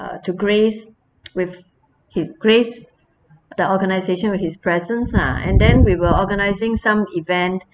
uh to grace with his grace the organisation with his presence lah and then we were organising some event